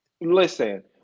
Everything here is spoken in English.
Listen